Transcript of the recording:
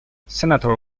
senator